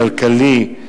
כלכלי,